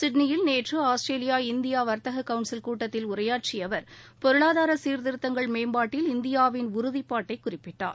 சிட்னியில் நேற்று Australia India வர்த்தக கவுன்சில் கூட்டத்தில் உரையாற்றிய அவர் பொருளாதார சீர்த்திருத்தங்கள் மேம்பாட்டில் இந்தியாவின் உறுதிப்பாட்டை குறிப்பிட்டார்